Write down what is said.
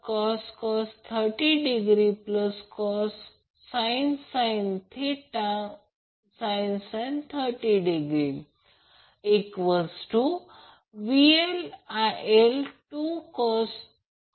तर S 1 apparent power P1 cos 1 50 KVA असेल आणि Q1 S 1 sin 1 असेल ते 50 0